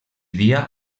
dia